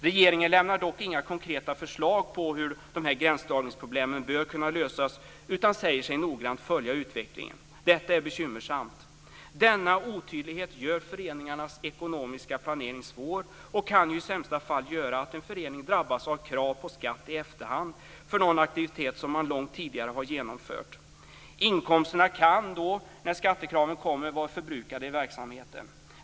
Regeringen lämnar dock inga konkreta förslag på hur dessa gränsdragningsproblem bör kunna lösas utan säger sig noggrant följa utvecklingen. Detta är bekymmersamt. Denna otydlighet gör föreningarnas ekonomiska planering svår och kan i sämsta fall göra att en förening drabbas av krav på skatt i efterhand för någon aktivitet som man långt tidigare har genomfört. Inkomsterna kan då, när skattekraven kommer, vara förbrukade i verksamheten.